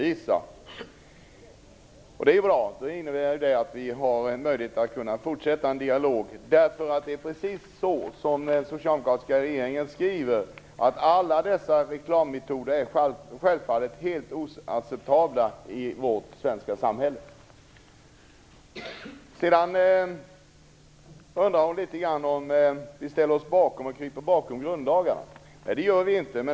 Det är bra, för det innebär att vi har möjlighet att fortsätta en dialog. Det är precis så som den socialdemokratiska regeringen skriver, att alla dessa reklammetoder självfallet är helt oacceptabla i vårt svenska samhälle. Inger Davidson undrar om vi kryper bakom grundlagarna. Det gör vi inte.